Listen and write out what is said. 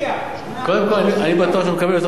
קודם כול, אני בטוח שנקבל יותר מ-3 מיליארד.